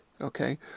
okay